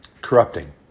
corrupting